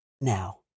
now